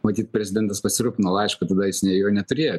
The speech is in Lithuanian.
matyt prezidentas pasirūpino laišku tada jis ne jo neturėjo